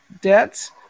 Debts